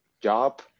job